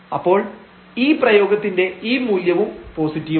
അപ്പോൾ ഈ പ്രയോഗത്തിന്റെ ഈ മൂല്യവും പോസിറ്റീവാണ്